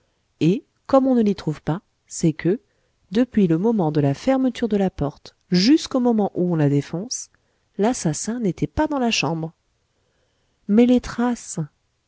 et comme on ne l'y trouve pas c'est que depuis le moment de la fermeture de la porte jusqu'au moment où on la défonce l'assassin n'était pas dans la chambre mais les traces